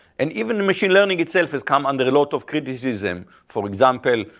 and even the machine learning itself has come under a lot of criticism, for example,